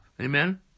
Amen